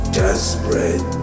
desperate